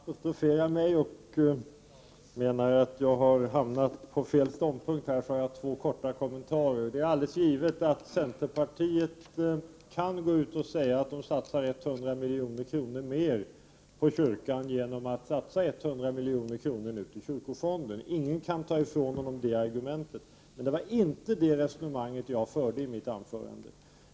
Herr talman! Eftersom Bengt Kindbom apostroferade mig och menade att jag har intagit fel ståndpunkt i denna fråga vill jag ge två korta kommentarer. Det är givet att centerpartiet kan säga att de satsar 100 milj.kr. mer på kyrkan genom att satsa 100 milj.kr. till kyrkofonden. Ingen kan ta ifrån Bengt Kindbom det argumentet. Det var emellertid inte det resonemang jag förde i mitt anförande.